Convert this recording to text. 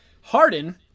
Harden